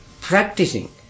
practicing